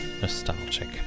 nostalgic